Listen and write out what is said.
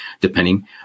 depending